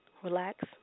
Relax